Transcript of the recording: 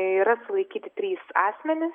yra sulaikyti trys asmenys